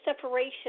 separation